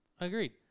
Agreed